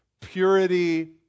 purity